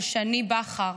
של שני בכר.